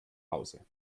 hause